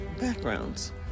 backgrounds